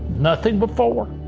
nothing before,